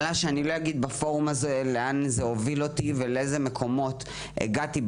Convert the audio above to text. אני לא אגיד בפורום הזה לאן זה הוביל אותי ולאיזה מקומות הגעתי.